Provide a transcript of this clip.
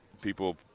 people